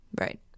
Right